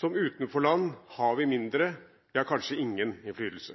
Som utenforland har vi